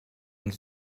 und